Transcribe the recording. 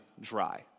dry